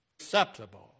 acceptable